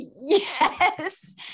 yes